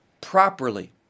properly